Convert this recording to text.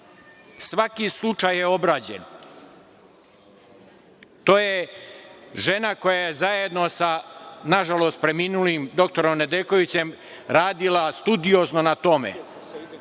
Svaki slučaj je obrađen. To je žena koja je zajedno sa, nažalost preminulim dr Nedeljkovićem, radila studiozno na tome